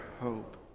hope